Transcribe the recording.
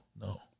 No